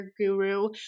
guru